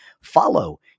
Follow